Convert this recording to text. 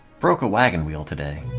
broke a wagon wheel today,